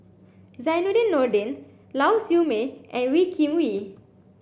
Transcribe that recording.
Zainudin Nordin Lau Siew Mei and Wee Kim Wee